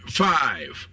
five